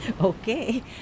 Okay